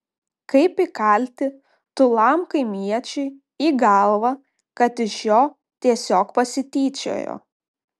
kaip įkalti tūlam kaimiečiui į galvą kad iš jo tiesiog pasityčiojo